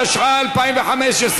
התשע"ה 2015,